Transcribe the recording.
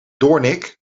doornik